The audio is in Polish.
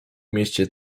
mieście